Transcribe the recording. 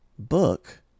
book